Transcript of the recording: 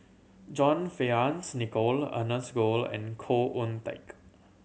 John Fearns Nicoll Ernest Goh and Khoo Oon Teik